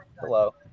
Hello